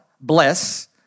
bless